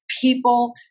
people